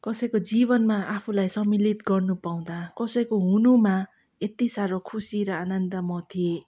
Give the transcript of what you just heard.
कसैको जीवनमा आफूलाई सम्मिलित गर्नु पाउँदा कसैको हुनुमा यत्ति साह्रो खुसी र आनन्द म थिएँ